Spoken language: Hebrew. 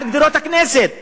על קירות הכנסת.